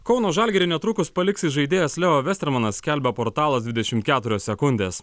kauno žalgirį netrukus paliks įžaidėjas leo vestermanas skelbia portalas dvidešimt keturios sekundės